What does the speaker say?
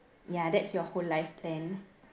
ya that's your whole life plan